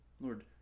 Lord